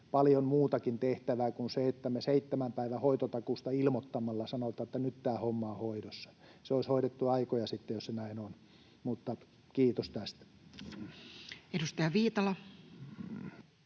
paljon muutakin tehtävää kuin se, että me seitsemän päivän hoitotakuusta ilmoittamalla sanotaan, että nyt tämä homma on hoidossa. Se olisi hoidettu aikoja sitten, jos se näin olisi. — Kiitos tästä. [Speech 247]